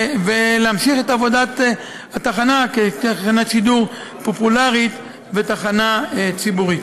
ולהמשיך את עבודת התחנה כתחנת שידור פופולרית ותחנה ציבורית.